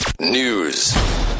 News